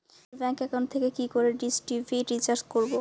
নিজের bank account থেকে কি করে ডিশ টি.ভি রিচার্জ করবো?